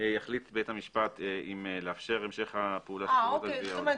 יחליט בית המשפט אם לאפשר המשך הפעולה של חברות הגבייה או לא.